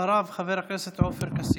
אחריו, חבר הכנסת עופר כסיף.